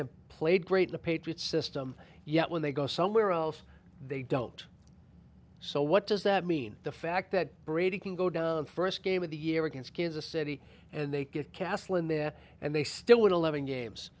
have played great the patriots system yet when they go somewhere else they don't so what does that mean the fact that brady can go down first game of the year against kansas city and they get cassel in there and they still would eleven games